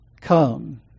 come